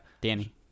Danny